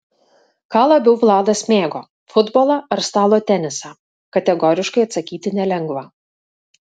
ką labiau vladas mėgo futbolą ar stalo tenisą kategoriškai atsakyti nelengva